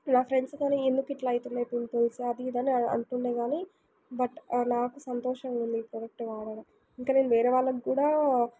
నా ఫ్రెండ్స్ కానీ ఎందుకిట్లా అవుతున్నాయ్ పింపుల్సు అది ఇదని అంటుండే గానీ బట్ నాకు సంతోషంగుంది ఈ ప్రోడక్ట్ వాడడం ఇంక నేను వేరే వాళ్ళకు కూడా